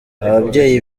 ababyeyi